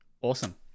awesome